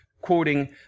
quoting